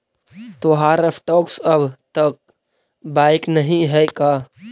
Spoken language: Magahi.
तोहार स्टॉक्स अब तक बाइक नही हैं का